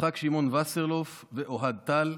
יצחק שמעון וסרלאוף ואוהד טל,